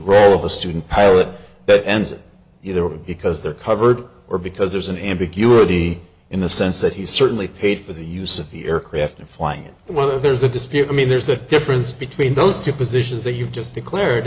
role of a student pilot that ends it either because they're covered or because there's an ambiguity in the sense that he's certainly paid for the use of the aircraft to fly and whether there's a dispute i mean there's a difference between those two positions that you've just declared